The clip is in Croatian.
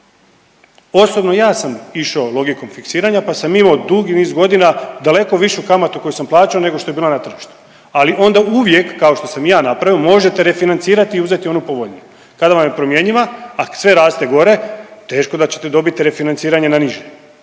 Osobno ja sam išao logikom fiksiranja pa sam imao dugi niz godina daleko višu kamatu koju sam plaćao nego što je bila na tržištu, ali onda uvijek kao što sam i ja napravio možete refinancirati i uzeti ono povoljnije, kada vam je promjenjiva, a sve raste gore teško da ćete dobiti refinanciranje na niže